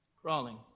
Crawling